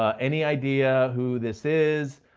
ah any idea who this is,